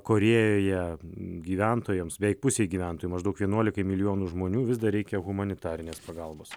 korėjoje gyventojams beveik pusė gyventojų maždaug vienuolikai milijonų žmonių vis dar reikia humanitarinės pagalbos